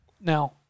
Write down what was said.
now